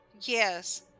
yes